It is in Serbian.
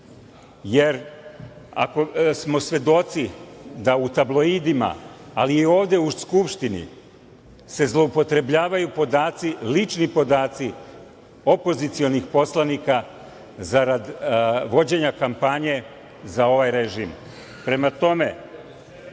jer ako smo svedoci da u tabloidima, ali i ovde u Skupštini se zloupotrebljavaju podaci lični opozicionih poslanika zarad vođenja kampanje za ovaj režim, prema tome